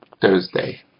Thursday